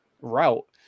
route